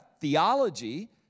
theology